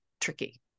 tricky